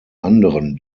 anderen